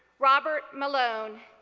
robert malone,